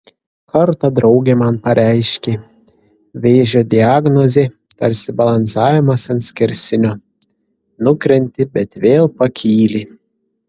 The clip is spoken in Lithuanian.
kartą draugė man pareiškė vėžio diagnozė tarsi balansavimas ant skersinio nukrenti bet vėl pakyli